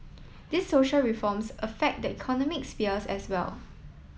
these social reforms affect the economic sphere as well